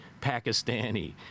Pakistani